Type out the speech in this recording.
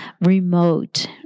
remote